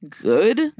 good